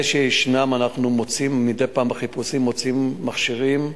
זה שישנם, מדי פעם אנחנו מוצאים מכשירים.